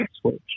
switch